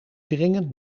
dringend